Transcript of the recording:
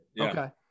okay